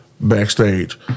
backstage